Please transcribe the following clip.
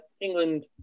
England